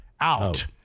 out